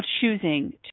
choosing